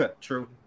True